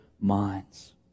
minds